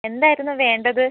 എന്തായിരുന്നു വേണ്ടത്